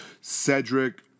Cedric